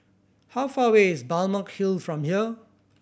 how far away is Balmeg Hill from here